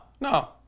No